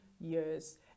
years